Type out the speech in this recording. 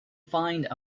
find